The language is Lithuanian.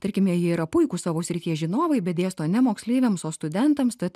tarkime jie yra puikūs savo srities žinovai bet dėsto ne moksleiviams o studentams tad